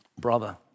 brother